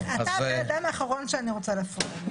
אתה הבן אדם האחרון שאני רוצה להפריע לו.